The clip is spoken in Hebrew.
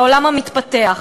העולם המתפתח.